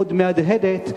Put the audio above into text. עוד מהדהדת,